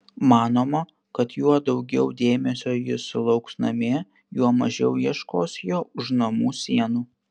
manoma kad juo daugiau dėmesio jis sulauks namie juo mažiau ieškos jo už namų sienų